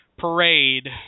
parade